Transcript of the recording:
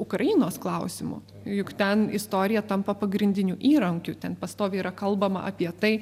ukrainos klausimu juk ten istorija tampa pagrindiniu įrankiu ten pastoviai yra kalbama apie tai